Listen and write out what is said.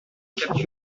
voulurent